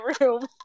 room